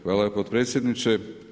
Hvala potpredsjedniče.